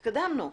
התקדמנו.